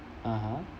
(uh huh)